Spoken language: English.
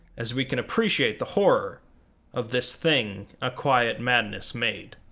as we can appreciate the horror of this thing a quiet madness made.